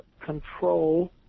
control